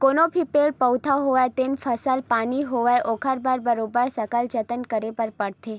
कोनो भी पेड़ पउधा होवय ते फसल पानी होवय ओखर बर बरोबर सकल जतन करे बर परथे